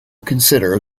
consider